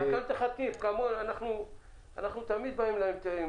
אנחנו תמיד באים אליהם עם